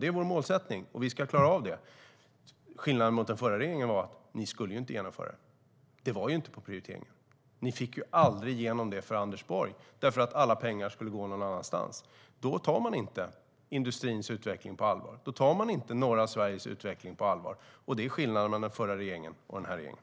Det är vår målsättning. Vi ska klara av det. Skillnaden mot den förra regeringen är att ni inte skulle genomföra det. Det var inte prioriterat. Ni fick aldrig igenom det för Anders Borg, för alla pengar skulle gå någon annanstans. Då tar man inte industrins utveckling på allvar. Då tar man inte norra Sveriges utveckling på allvar. Det är skillnaden mellan den här regeringen och den förra regeringen.